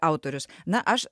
autorius na aš